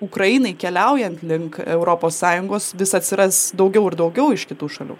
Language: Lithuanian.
ukrainai keliaujant link europos sąjungos vis atsiras daugiau ir daugiau iš kitų šalių